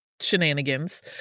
shenanigans